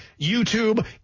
YouTube